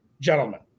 gentlemen